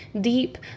deep